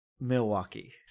Milwaukee